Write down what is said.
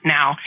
Now